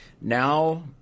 Now